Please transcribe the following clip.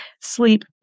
sleep